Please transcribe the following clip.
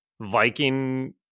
Viking